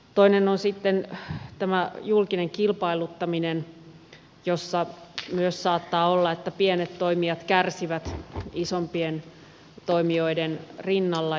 toinen on sitten tämä julkinen kilpailuttaminen jossa myös saattaa olla että pienet toimijat kärsivät isompien toimijoiden rinnalla